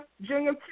Junior